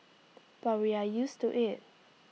but we are used to IT